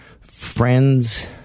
Friends